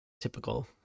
typical